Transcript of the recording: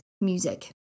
music